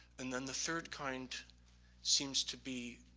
and then the third kind seems to be